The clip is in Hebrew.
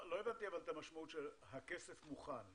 מה זאת אומרת, הכסף מוכן?